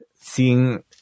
seeing